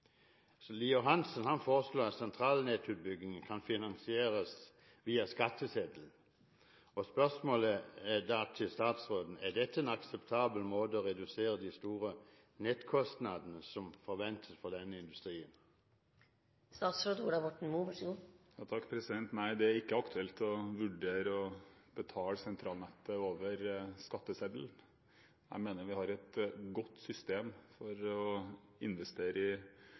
at sentralnettutbyggingen kan finansieres via skatteseddelen. Spørsmålet til statsråden er da: Er dette en akseptabel måte å redusere de store nettkostnadene på, som forventes for denne industrien? Nei, det er ikke aktuelt å vurdere å betale sentralnettet over skatteseddelen. Jeg mener vi har et godt system for å investere i